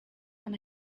and